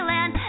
Land